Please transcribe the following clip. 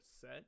set